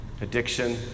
Addiction